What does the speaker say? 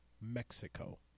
Mexico